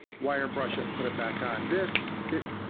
wire brush it and put it back on. this, it,